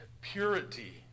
purity